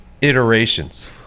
iterations